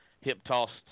Hip-tossed